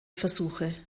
versuche